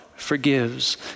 Forgives